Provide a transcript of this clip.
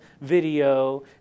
video